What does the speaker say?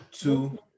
Two